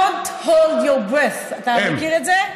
Don't hold your breath, אתה מכיר את זה?